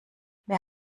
wer